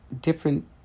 different